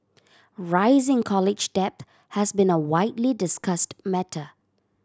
rising college debt has been a widely discussed matter